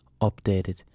updated